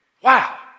Wow